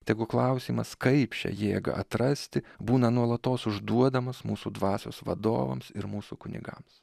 tegu klausimas kaip šią jėgą atrasti būna nuolatos užduodamas mūsų dvasios vadovams ir mūsų kunigams